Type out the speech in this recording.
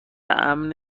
امن